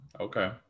Okay